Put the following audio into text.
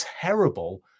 terrible